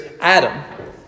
Adam